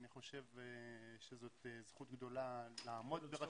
אני חושב שזאת זכות גדולה לעמוד -- הייתי צריך